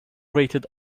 rated